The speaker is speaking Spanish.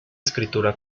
escritura